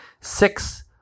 six